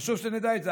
חשוב שתדע את זה.